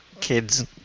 kids